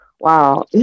Wow